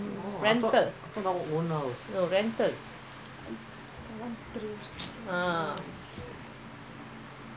think பண்ணலஅப்பயேஅந்தடைம்லகாசுஇருந்துச்சுனாகண்டிப்பாநான்வீடுவாங்கிருப்பேன்:pannala apayee antha timela kaasu irundhuchunaa kandippa naan veedu vaankiruppeen cheap last time is cheap